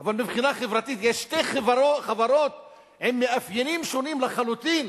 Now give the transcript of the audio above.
אבל מבחינה חברתית יש שתי חברות עם מאפיינים שונים לחלוטין,